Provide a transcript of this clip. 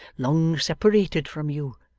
long separated from you,